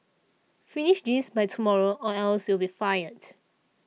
finish this by tomorrow or else you'll be fired